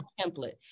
template